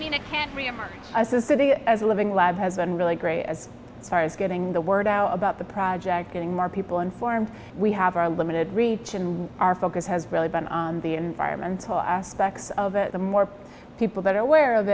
mean it can't be in the city as a living lab has been really great as far as getting the word out about the project getting more people informed we have our limited reach and our focus has really been on the environmental aspects of it the more people that are aware of